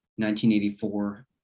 1984